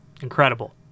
Incredible